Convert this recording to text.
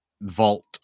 vault